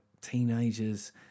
teenagers